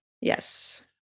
Yes